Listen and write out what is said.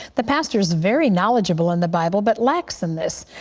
the pastor is very knowledgeable in the bible, but lacks in this.